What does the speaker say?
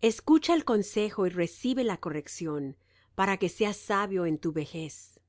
escucha el consejo y recibe la corrección para que seas sabio en tu vejez